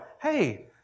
hey